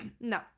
no